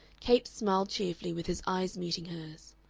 capes smiled cheerfully with his eyes meeting hers.